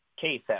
case